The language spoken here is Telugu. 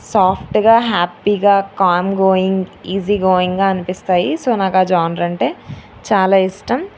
సాఫ్ట్గా హ్యాప్పీగా కామ్ గోయింగ్ ఈజీ గోయింగ్గా అనిపిస్తాయి సో నాకు జోనర్ అంటే చాలా ఇష్టం